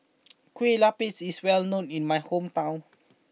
Kueh Lapis is well known in my hometown